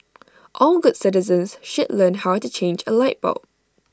all good citizens should learn how to change A light bulb